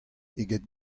eget